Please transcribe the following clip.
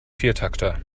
viertakter